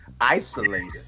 isolated